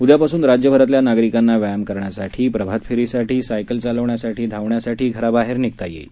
उदयापासून राज्य भरातल्या नागरिकांना व्यायाम करण्यासाठी प्रभात फेरीसाठी सायकल चालविण्यासाठी धावण्यासाठी घराबाहेर निघता येईल